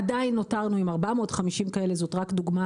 עדיין נותרנו עם 450 כאלה זו רק דוגמה